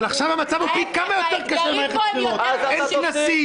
אבל עכשיו המצב הוא פי כמה קשה יותר במערכת הבחירות אין כנסים,